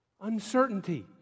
uncertainty